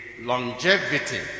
longevity